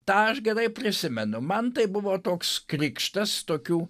tą aš gerai prisimenu man tai buvo toks krikštas tokių